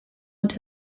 und